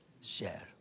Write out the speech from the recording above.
share